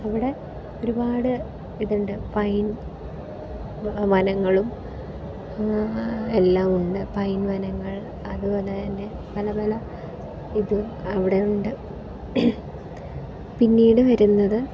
അവിടെ ഒരുപാട് ഇതുണ്ട് പൈൻ വനങ്ങളും എല്ലാം ഉണ്ട് പൈൻ വനങ്ങളൾ അതുപോലെ തന്നെ പല പല ഇതും അവിടെ ഉണ്ട് പിന്നീട് വരുന്നത്